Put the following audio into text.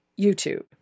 YouTube